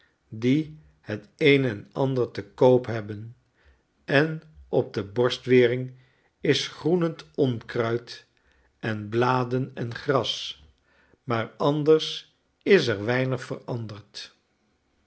die het een en ander te koop hebben en op de borstwering is groenend onkruid en bladen en gras maar anders is er weinig veranderd